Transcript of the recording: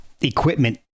equipment